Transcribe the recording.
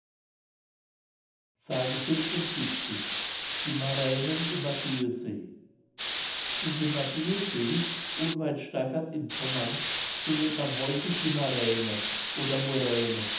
s die maränen im madüesee in dem madüesee unweit stargard in pommern findet man häufig die maräne oder